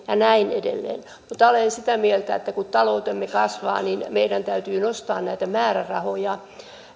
ja näin edelleen mutta olen sitä mieltä että kun taloutemme kasvaa niin meidän täytyy nostaa näitä määrärahoja